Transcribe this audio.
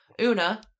Una